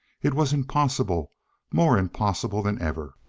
it was impossible more impossible than ever.